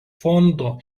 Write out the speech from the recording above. fondo